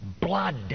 blood